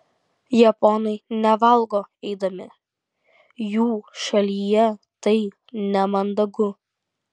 japonai nevalgo eidami jų šalyje tai nemandagu